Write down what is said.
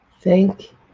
Thank